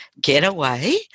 getaway